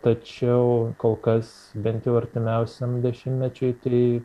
tačiau kol kas bent jau artimiausiam dešimtmečiui tai